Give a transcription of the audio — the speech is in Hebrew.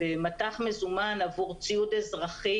במט"ח מזומן עבור ציוד אזרחי.